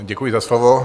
Děkuji za slovo.